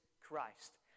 Christ